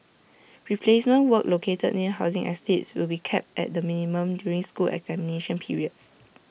replacement work located near housing estates will be kept at the minimum during school examination periods